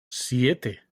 siete